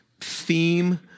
theme